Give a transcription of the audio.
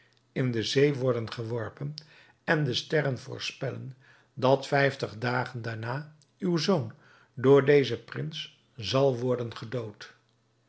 in de zee worden geworpen en de sterren voorspellen dat vijftig dagen daarna uw zoon door dezen prins zal worden gedood